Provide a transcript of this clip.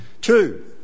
Two